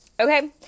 Okay